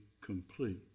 complete